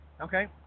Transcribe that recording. Okay